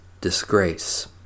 disgrace